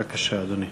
בבקשה, אדוני.